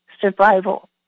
survival